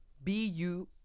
BU